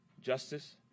justice